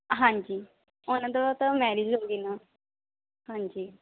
ਹਾਂਜੀ ਉਹਨਾਂ ਦਾ ਤਾਂ ਮੈਰਿਜ ਹੋ ਗਈ ਨਾ ਹਾਂਜੀ